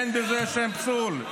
אין בזה שום פסול.